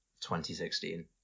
2016